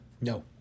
No